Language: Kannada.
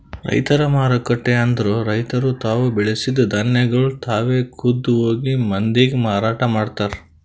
ರೈತರ ಮಾರುಕಟ್ಟೆ ಅಂದುರ್ ರೈತುರ್ ತಾವು ಬೆಳಸಿದ್ ಧಾನ್ಯಗೊಳ್ ತಾವೆ ಖುದ್ದ್ ಹೋಗಿ ಮಂದಿಗ್ ಮಾರಾಟ ಮಾಡ್ತಾರ್